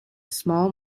small